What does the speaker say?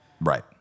right